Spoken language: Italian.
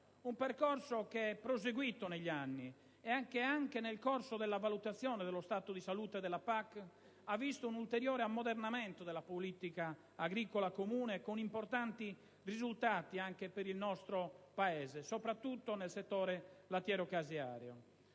Un percorso che è proseguito negli anni e che, anche nel corso della "valutazione dello stato di salute" della PAC, ha visto un ulteriore ammodernamento della politica agricola comune con importanti risultati anche per il nostro Paese soprattutto nel settore lattiero-caseario.